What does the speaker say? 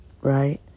right